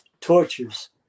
tortures